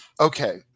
Okay